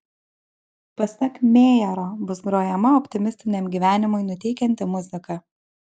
pasak mejero bus grojama optimistiniam gyvenimui nuteikianti muzika